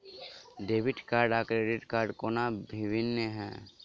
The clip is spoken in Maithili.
डेबिट कार्ड आ क्रेडिट कोना भिन्न है?